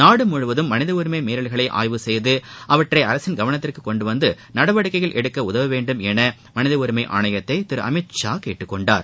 நாடு முழுவதும் மனித உரிமை மீறல்களை ஆய்வு செய்து அவற்றை அரசின் கவனத்திற்கு கொண்டு வந்து நடவடிக்கைகள் எடுக்க உதவ வேண்டும் என ளமனித உரிமை ஆணையத்தை திரு அமித் ஷா கேட்டுக் கொண்டார்